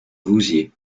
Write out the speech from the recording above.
vouziers